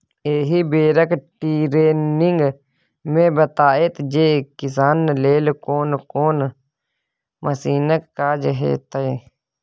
एहि बेरक टिरेनिंग मे बताएत जे किसानी लेल कोन कोन मशीनक काज हेतै